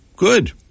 Good